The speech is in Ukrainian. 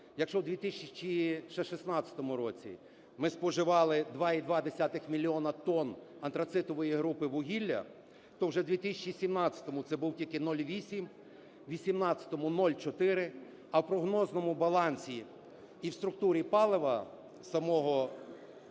Якщо ще в 2016 році ми споживали 2,2 мільйони тонн антрацитової групи вугілля, то вже в 2017 – це був 0,8, в 18-му – 0,4, а в прогнозному балансі і в структурі палива самого ПАТ